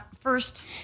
first